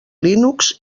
linux